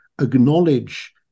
acknowledge